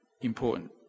important